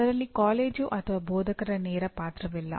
ಅದರಲ್ಲಿ ಕಾಲೇಜು ಅಥವಾ ಬೋಧಕರ ನೇರ ಪಾತ್ರವಿಲ್ಲ